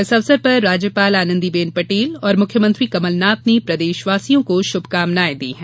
इस अवसर पर राज्यपाल आनंदीबेन पटेल और मुख्यमंत्री कमलनाथ ने प्रदेशवासियों को शुभकामनायें दी है